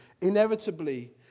inevitably